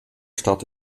stad